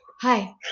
hi